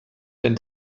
and